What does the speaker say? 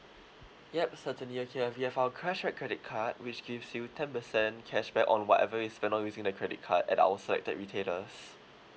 yup certainly okay uh if you have our cashback credit card which gives you ten percent cashback on whatever you spend on using the credit card at our selected retailers